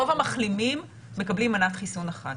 רוב המחלימים מקבלים מנת חיסון אחת.